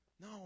No